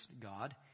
God